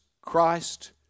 Christ